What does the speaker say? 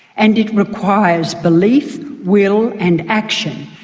and it requires belief, will and action,